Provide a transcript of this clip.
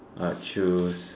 I choose